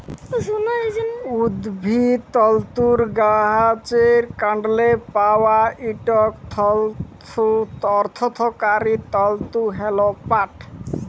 উদ্ভিজ্জ তলতুর গাহাচের কাল্ডলে পাউয়া ইকট অথ্থকারি তলতু হ্যল পাট